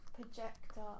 projector